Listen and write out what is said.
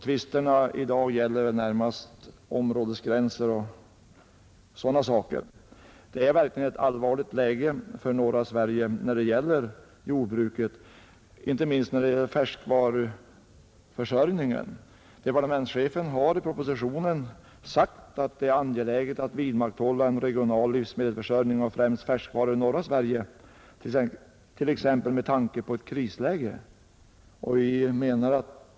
Tvisterna i dag gäller närmast områdesgränser och sådana saker. Det är verkligen ett allvarligt läge som jordbruket i norra Sverige befinner sig i, inte minst när det gäller färskvaruförsörjningen. Departementschefen har i propositionen sagt att det är angeläget att vidmakthålla en regional livsmedelsförsörjning i norra Sverige av främst färskvaror t.ex. med tanke på ett krisläge.